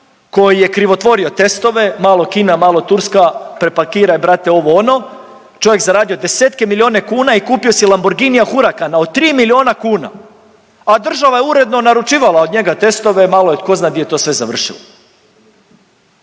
koji je krivotvorio testove, malo Kina, malo Turska prepakiraj brate, ovo-ono. Čovjek zaradio desetke milijune kuna i kupio si Lamborginija Huracana od tri milijuna kuna, a država je uredno naručivala od njega testove, malo je. Tko zna di je to sve završilo.